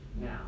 now